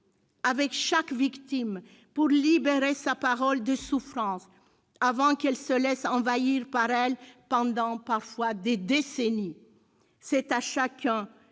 avec chaque victime, pour libérer sa parole de souffrance avant qu'elle ne se laisse envahir par elle, parfois pour des décennies. Il revient à chacun,